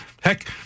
heck